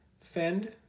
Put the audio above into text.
Fend